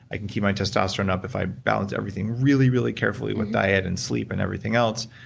i can keep my testosterone up if i balance everything really, really carefully with diet, and sleep, and everything else,